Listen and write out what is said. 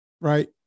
Right